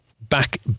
back